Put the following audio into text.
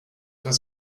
was